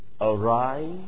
Arise